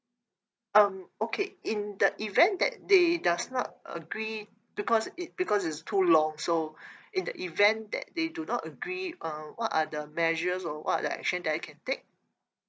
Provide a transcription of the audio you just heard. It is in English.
um okay in the event that they does not agree because it because it's too long so in the event that they do not agree uh what are the measures or what are the action that I can take